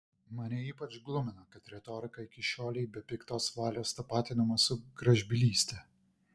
mane ypač glumina kad retorika iki šiolei be piktos valios tapatinama su gražbylyste